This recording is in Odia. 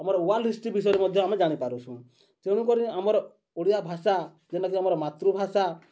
ଆମର ୱାର୍ଲଡ଼ ହିଷ୍ଟ୍ରି ବିଷୟରେ ମଧ୍ୟ ଆମେ ଜାଣିପାରୁସୁଁ ତେଣୁକରି ଆମର ଓଡ଼ିଆ ଭାଷା ଯେନକି ଆମର ମାତୃଭାଷା